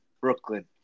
Brooklyn